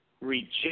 Reject